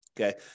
Okay